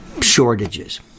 shortages